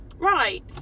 Right